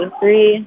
Three